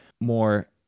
more